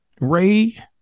Ray